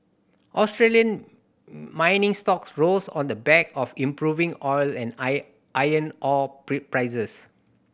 Australian mining stocks rose on the back of improving oil and iron ore prices